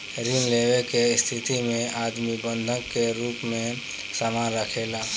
ऋण लेवे के स्थिति में आदमी बंधक के रूप में सामान राखेला